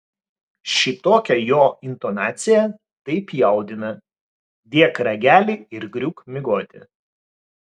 šitokia jo intonacija taip jaudina dėk ragelį ir griūk miegoti